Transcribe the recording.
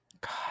God